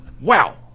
wow